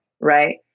right